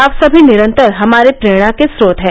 आप सभी निरन्तर हमारे प्रेरणा के स्रोत हैं